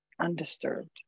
undisturbed